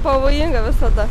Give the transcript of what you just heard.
pavojinga visada